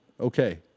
okay